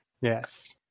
Yes